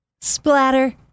Splatter